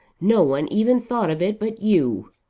no one even thought of it but you.